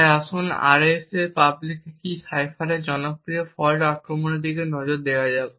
তাই আসুন RSA public key সাইফারে একটি জনপ্রিয় ফল্ট আক্রমণের দিকে নজর দেওয়া যাক